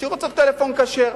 שרוצות טלפון כשר,